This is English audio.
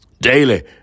daily